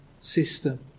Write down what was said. system